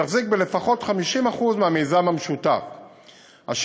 ותחזיק ב-50% מהמיזם המשותף לפחות,